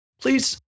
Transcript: Please